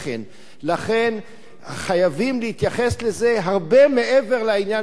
לכן חייבים להתייחס לזה הרבה מעבר לעניין של הגרפיטי.